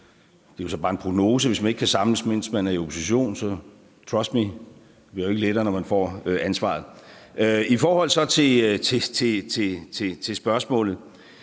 måske tage som en prognose, og hvis man ikke kan samles, mens man er i opposition, så bliver det ikke lettere, når man får ansvaret – trust me. I forhold til spørgsmålet